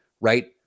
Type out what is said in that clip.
right